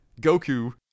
goku